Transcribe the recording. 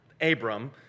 Abram